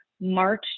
March